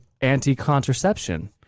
anti-contraception